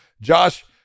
Josh